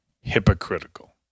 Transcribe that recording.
hypocritical